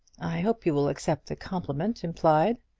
i hope you will accept the compliment implied.